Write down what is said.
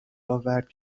آورد